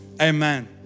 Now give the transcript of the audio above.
Amen